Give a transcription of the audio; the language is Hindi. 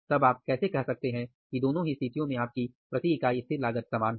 तब आप कैसे कह सकते हैं कि दोनों ही स्थितियों में आपकी प्रति इकाई स्थिर लागत समान है